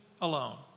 alone